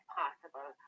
possible